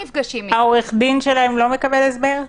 --- העורך דין שלהם לא מקבל הסבר?